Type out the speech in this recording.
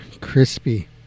crispy